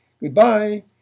Goodbye